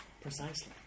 Precisely